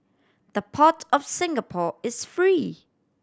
the Port of Singapore is free